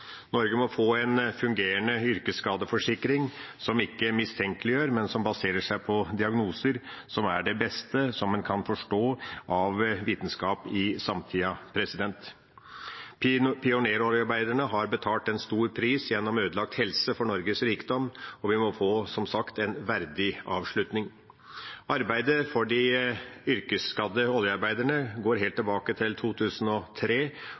Norge må få en fungerende yrkesskadeforsikring, som ikke mistenkeliggjør, men som baserer seg på diagnoser, som er det beste en kan forstå av vitenskap i samtida. Pioneroljearbeiderne har betalt en høy pris gjennom ødelagt helse for Norges rikdom, og vi må, som sagt, få en verdig avslutning. Arbeidet for de yrkesskadde oljearbeiderne går helt tilbake til 2003,